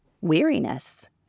weariness